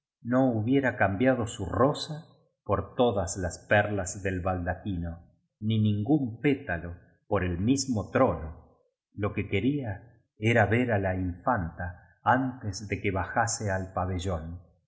no hubiera cambiado su rosa por todas las perlas del baldaquino ni ningún pótalo por el mismo trono lo que quería era ver á la infanta antes de que bajase al pa